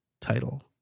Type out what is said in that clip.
title